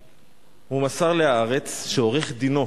ל"הארץ" שעורך-דינו